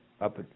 up